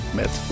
met